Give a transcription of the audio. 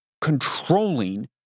controlling